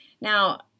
Now